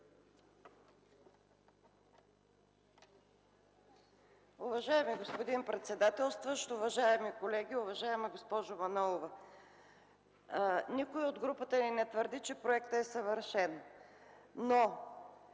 Уважаеми господин председателстващ, уважаеми колеги, уважаема госпожо Манолова! Никой от групата ни не твърди, че проектът е съвършен.